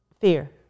fear